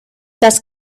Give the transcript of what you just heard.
das